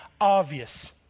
obvious